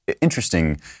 interesting